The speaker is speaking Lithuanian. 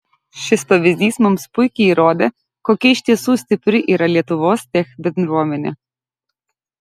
šis pavyzdys mums puikiai įrodė kokia iš tiesų stipri yra lietuvos tech bendruomenė